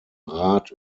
rat